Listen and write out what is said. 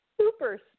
super